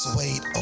wait